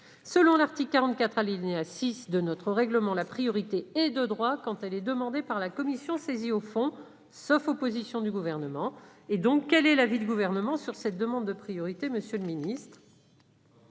de l'article 44, alinéa 6, de notre règlement, la priorité est de droit quand elle est demandée par la commission saisie au fond, sauf opposition du Gouvernement. Quel est l'avis du Gouvernement sur cette demande de priorité formulée par